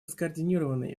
скоординированный